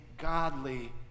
godly